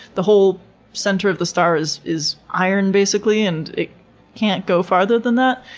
the whole center of the star is is iron, basically, and it can't go farther than that.